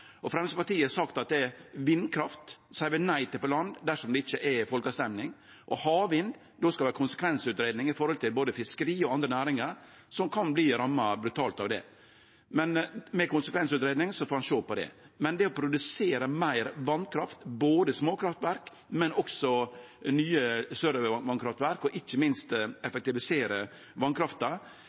har sagt at vindkraft seier vi nei til på land, dersom det ikkje er ei folkeavstemming, og havvind, då skal det vere konsekvensutgreiing i forhold til både fiskeri og andre næringar som kan bli ramma brutalt av det. Med ei konsekvensutgreiing så får ein sjå på det. Men det å produsere meir vasskraft, både småkraftverk og nye, større vasskraftverk, og ikkje minst å effektivisere